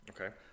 Okay